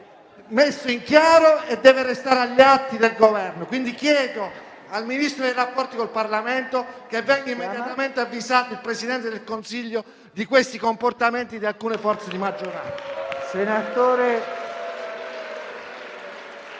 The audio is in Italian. messo in chiaro e deve restare agli atti. Quindi, chiedo al Ministro per i rapporti col Parlamento che venga immediatamente avvisato il Presidente del Consiglio di questi comportamenti di alcune forze di maggioranza.